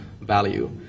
value